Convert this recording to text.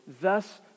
thus